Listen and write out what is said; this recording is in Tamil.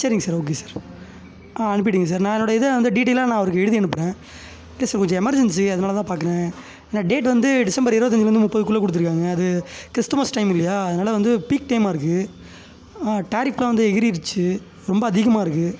சரிங்க சார் ஓகே சார் அனுப்பிவிட்டிங்க சார் நான் என்னோடய இதை வந்து டீடெயிலாக நான் அவருக்கு எழுதி அனுப்புகிறேன் இல்லை சார் கொஞ்சம் எமர்ஜென்சி அதனால தான் பார்க்குறேன் ஏன்னா டேட் வந்து டிசம்பர் இருபத்தஞ்சுலருந்து முப்பதுக்குள்ளே கொடுத்துருக்காங்க அது க்றிஸ்துமஸ் டைம் இல்லையா அதனால வந்து பீக் டைமாக இருக்குது டாரிஃப்லாம் வந்து எகிறிடுச்சு ரொம்ப அதிகமாக இருக்குது